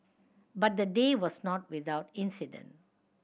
but the day was not without incident